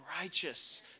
righteous